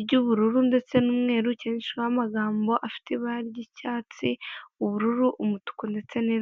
ry'ubururu ndetse n'umweru cyandikishijweho amagambo afite ibara ry'icyatsi, ubururu, umutuku ndetse n'iroza.